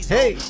Hey